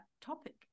topic